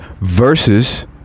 versus